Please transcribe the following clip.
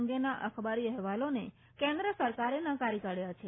અંગેના અખબારી અહેવાલોને કેન્દ્ર સરકારે નકારી કાઢ્યા છે